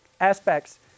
aspects